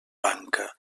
banca